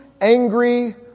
Angry